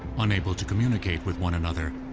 unable to communicate with one another,